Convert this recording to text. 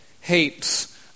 hates